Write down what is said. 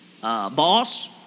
Boss